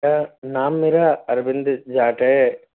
sir नाम मेरा अरविंद जाट है